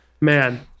Man